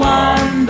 one